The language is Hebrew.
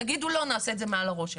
תגידו לא, נעשה את זה מעל הראש שלכם.